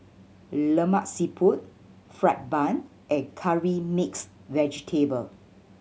Lemak Siput fried bun and Curry Mixed Vegetable